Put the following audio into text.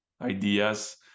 ideas